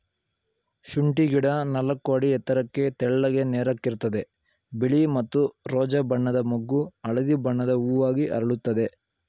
ಶುಂಠಿ ಗಿಡ ನಾಲ್ಕು ಅಡಿ ಎತ್ತರಕ್ಕೆ ತೆಳ್ಳಗೆ ನೇರಕ್ಕಿರ್ತದೆ ಬಿಳಿ ಮತ್ತು ರೋಜಾ ಬಣ್ಣದ ಮೊಗ್ಗು ಹಳದಿ ಬಣ್ಣದ ಹೂವಾಗಿ ಅರಳುತ್ತದೆ